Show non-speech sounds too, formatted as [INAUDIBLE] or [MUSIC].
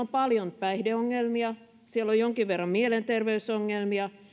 [UNINTELLIGIBLE] on paljon päihdeongelmia siellä on jonkin verran mielenterveysongelmia siellä